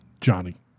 Johnny